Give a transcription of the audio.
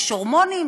יש הורמונים,